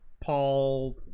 Paul